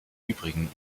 übrigen